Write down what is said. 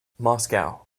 moscow